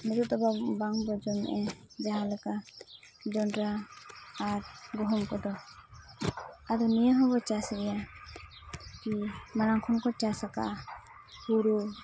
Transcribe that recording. ᱱᱤᱛᱳᱜ ᱫᱚ ᱵᱟᱝ ᱵᱟᱝᱵᱚ ᱡᱚᱢᱮᱜᱼᱟ ᱡᱟᱦᱟᱸ ᱞᱮᱠᱟ ᱡᱚᱸᱰᱨᱟ ᱟᱨ ᱜᱩᱦᱩᱢ ᱠᱚᱫᱚ ᱟᱫᱚ ᱱᱤᱭᱟᱹ ᱦᱚᱸᱵᱚ ᱪᱟᱥ ᱜᱮᱭᱟ ᱢᱟᱲᱟᱝ ᱠᱷᱚᱱ ᱠᱚ ᱪᱟᱥ ᱟᱠᱟᱫᱼᱟ ᱦᱩᱲᱩ